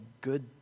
good